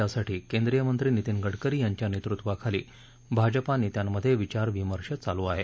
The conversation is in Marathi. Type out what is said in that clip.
त्यासाठी केन्द्रीय मंत्री नीतिन गडकरी यांच्या नेतृत्वाखाली भाजपा नेत्यांमधे विचार विमर्श चालू आहे